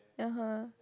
(uh huh)